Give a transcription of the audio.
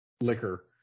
liquor